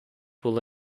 will